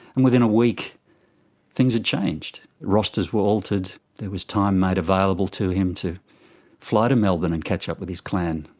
and within a week things had changed. rosters were altered, there was time made available to him to fly to melbourne and catch up with his clan.